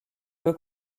peu